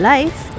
Life